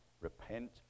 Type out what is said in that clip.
repent